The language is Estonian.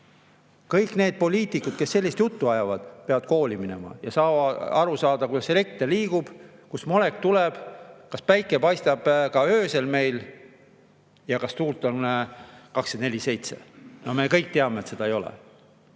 Kõik poliitikud, kes sellist juttu ajavad, peavad kooli minema, et aru saada, kuidas elekter liigub, kust tuleb, kas päike paistab ka öösel ja kas tuult on 24/7. Me kõik teame, et nii ei ole.